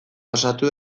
pasatu